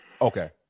Okay